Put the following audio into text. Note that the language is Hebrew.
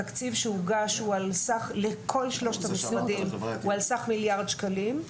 התקציב שהוגש לכל שלושת המשרדים הוא על סך מיליארד שקלים.